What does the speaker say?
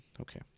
okay